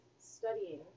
studying